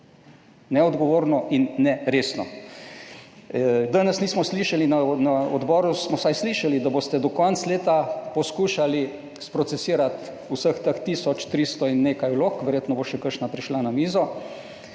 neodgovorno in neresno. Danes nismo slišali, na odboru smo vsaj slišali, da boste do konca leta poskušali sprocesirati vseh teh 1.300 in nekaj vlog, verjetno bo še kakšna prišla na mizo.